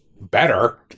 better